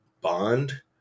Bond